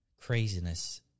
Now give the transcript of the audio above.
craziness